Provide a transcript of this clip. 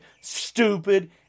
stupid